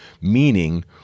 meaning